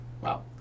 Wow